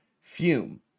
fume